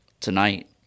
tonight